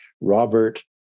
Robert